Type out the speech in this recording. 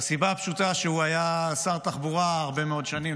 מהסיבה הפשוטה שהוא היה שר התחבורה הרבה מאוד שנים,